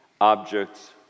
objects